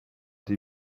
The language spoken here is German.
die